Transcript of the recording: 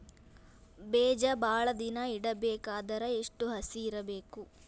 ಬೇಜ ಭಾಳ ದಿನ ಇಡಬೇಕಾದರ ಎಷ್ಟು ಹಸಿ ಇರಬೇಕು?